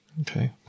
Okay